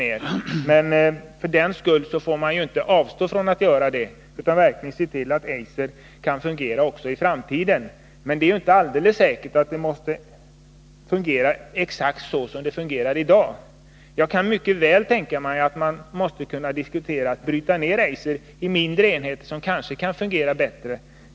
Men för den skull får vi inte avstå från att stötta Eiser, utan vi måste se till att Eiser kan fungera också i framtiden. Det är emellertid inte alldeles säkert att det måste fungera exakt så som det fungerar i dag. Jag kan mycket väl tänka mig att man diskuterar att bryta ned Eiser i mindre enheter, som kanske kan fungera bättre än det nuvarande Eiser.